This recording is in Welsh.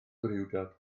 gwrywdod